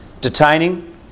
Detaining